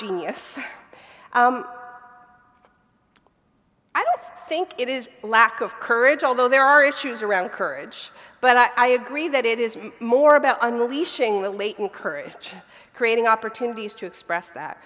genius i don't think it is lack of courage although there are issues around courage but i agree that it is more about unleashing the latent courage creating opportunities to express that